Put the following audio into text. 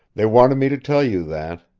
they wanted me to tell you that.